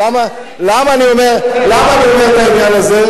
למה אני מעלה את העניין הזה?